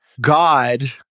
God